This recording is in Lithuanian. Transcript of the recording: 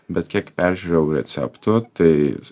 bet kiek peržiūrėjau receptų tai